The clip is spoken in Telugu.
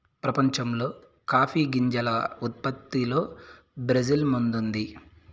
ప్రపంచంలో కాఫీ గింజల ఉత్పత్తిలో బ్రెజిల్ ముందుంది